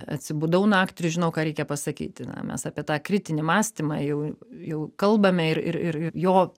atsibudau naktį ir žinau ką reikia pasakyti na mes apie tą kritinį mąstymą jau jau kalbame ir ir ir jo